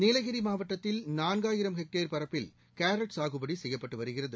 நீலகிரிமாவட்டத்தில் நான்காயிரம் ஹெக்டேர் பரப்பில் கேரட் சாகுபடிசெய்யப்பட்டுவருகிறது